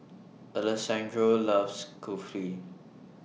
Alessandro loves Kulfi